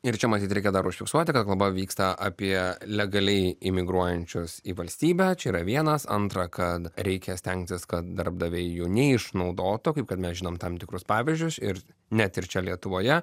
ir čia matyt reikia dar užfiksuoti kad kalba vyksta apie legaliai imigruojančius į valstybę čia yra vienas antrą ką reikia stengtis kad darbdaviai jų neišnaudotų kaip kad mes žinom tam tikrus pavyzdžius ir net ir čia lietuvoje